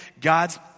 God's